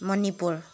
Manipur